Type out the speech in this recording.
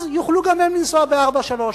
אז יוכלו גם הם לנסוע ב-443.